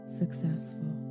successful